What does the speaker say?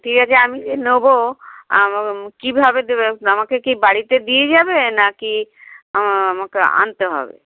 ঠিক আছে আমি যে নেবো কীভাবে দেবে আমাকে কি বাড়িতে দিয়ে যাবে না কি আমাকে আনতে হবে